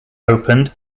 opened